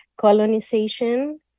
colonization